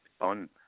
on